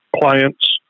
clients